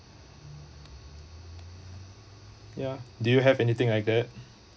yeah do you have anything like that